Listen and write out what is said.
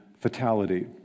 fatality